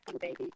baby